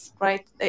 Right